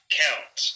count